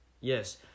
yes